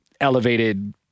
elevated